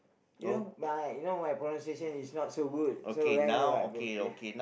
you know my you know my pronunciation is not so good so bro yeah